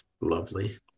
Lovely